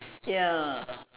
ya